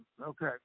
Okay